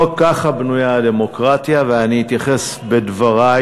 לא כך בנויה הדמוקרטיה, ואני אתייחס בדברי